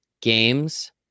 games